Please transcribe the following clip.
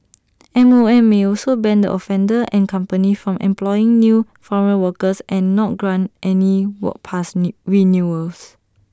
M O M may also ban the offender and company from employing new foreign workers and not grant any work pass new renewals